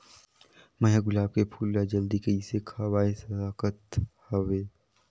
मैं ह गुलाब के फूल ला जल्दी कइसे खवाय सकथ हवे?